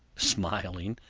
smiling,